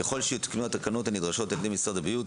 ככל שיותקנו התקנות הנדרשות על ידי משרד הבריאות,